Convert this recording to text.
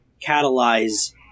catalyze